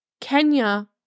Kenya